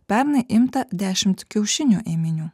pernai imta dešimt kiaušinių ėminių